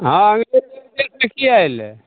हँ अंग्रेज एहि देशमे किएक अयलइ